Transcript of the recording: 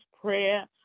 prayer